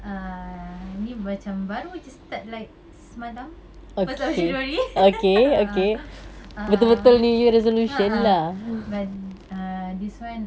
err ni macam baru jer start like semalam first of january err a'ah but err this [one]